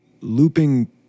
Looping